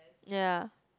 ya ya